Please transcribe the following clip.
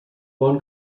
bon